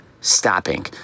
stopping